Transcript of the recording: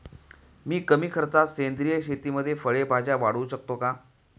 मी कमी खर्चात सेंद्रिय शेतीमध्ये फळे भाज्या वाढवू शकतो का?